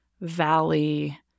valley